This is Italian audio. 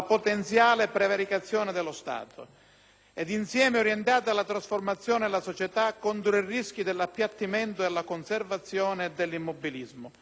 ed insieme orientati alla trasformazione della società contro i rischi dell'appiattimento, della conservazione e dell'immobilismo. Le autonomie locali per Sturzo